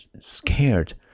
scared